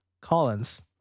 Collins